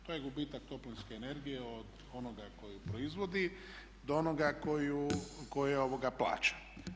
To je gubitak toplinske energije od onoga tko je proizvodi do onoga tko je plaća.